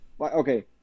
Okay